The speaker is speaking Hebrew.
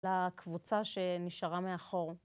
לקבוצה שנשארה מאחור.